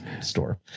store